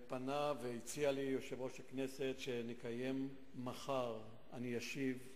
פנה אלי והציע לי יושב-ראש הכנסת שמחר אני אשיב,